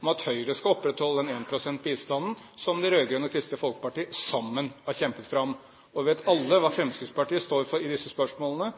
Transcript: om at Høyre skal opprettholde 1 pst.-bistanden som de rød-grønne og Kristelig Folkeparti sammen har kjempet fram. Vi vet alle hva Fremskrittspartiet står for i disse spørsmålene,